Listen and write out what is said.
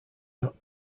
not